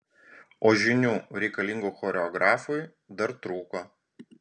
o žinių reikalingų choreografui dar trūko